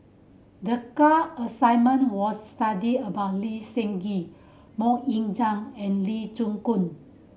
the assignment was to study about Lee Seng Gee Mok Ying Zang and Lee Koon